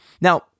Now